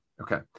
Okay